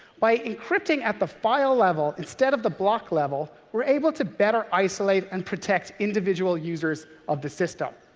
by encrypting at the file level instead of the block level, we're able to better isolate and protect individual users of the system.